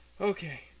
Okay